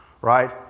right